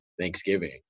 Thanksgiving